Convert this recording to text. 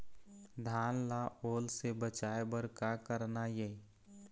धान ला ओल से बचाए बर का करना ये?